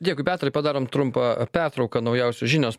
dėkui petrai padarom trumpą pertrauką naujausios žinios